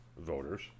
voters